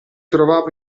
trovavo